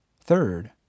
Third